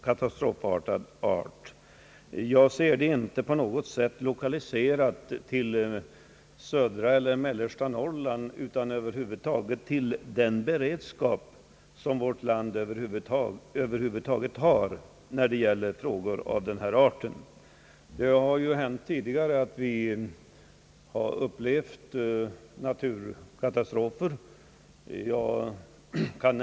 En beredskap på detta område bör inte enligt mitt förmenande vara lokaliserad till bara södra eller mellersta Norrland, utan bör avse åtgärder också för de fall då katastrofer inträffar inom andra delar av landet. Det har ju hänt tidigare att vi har upplevt naturkatastrofer.